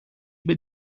über